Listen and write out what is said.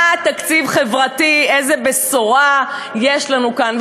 מה תקציב חברתי, איזו בשורה יש לנו כאן.